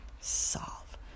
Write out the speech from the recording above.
Solve